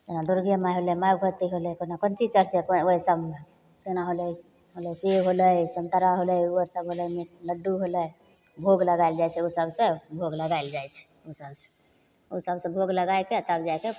जेना दुर्गे माय होलय माय भगवती होलय कोन चीज चढ़तय ओइ सबमे तेना होलय होलय सेब होलय सन्तरा होलय लड्डू होलय भोग लगाओल जाइ छै ओइ सबसँ भोग लगाओल जाइ छै ओइ सबसँ ओइ सबसँ भोग लगायके तब जाके